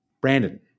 Brandon